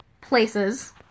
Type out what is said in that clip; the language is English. places